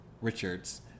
Richards